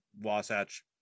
Wasatch